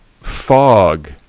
fog